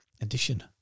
edition